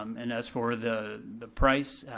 um and as for the the price,